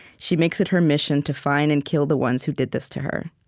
she makes it her mission to find and kill the ones who did this to her.